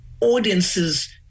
audiences